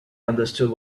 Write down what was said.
understood